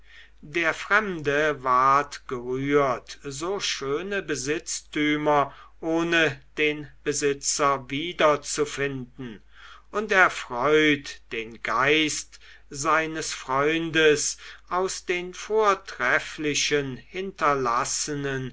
der fremde ward gerührt so schöne besitztümer ohne den besitzer wiederzufinden und erfreut den geist seines freundes aus den vortrefflichen hinterlassenen